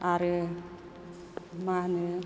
आरो मा होनो